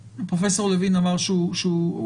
פרופסור לוין אמר שהוא דיבר,